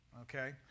okay